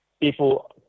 people